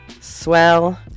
Swell